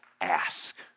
Ask